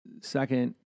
Second